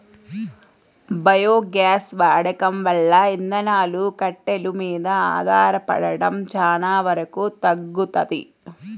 biogas వాడకం వల్ల ఇంధనాలు, కట్టెలు మీద ఆధారపడటం చానా వరకు తగ్గుతది